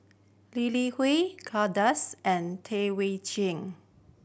Lee Li Hui Kay Das and Tam Wai Jia